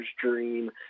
dream